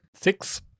Six